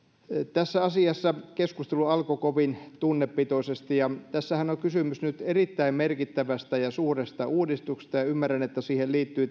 tässä asiassa keskustelu alkoi kovin tunnepitoisesti ja tässähän on kysymys nyt erittäin merkittävästä ja suuresta uudistuksesta ja ja ymmärrän että siihen liittyy